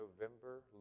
November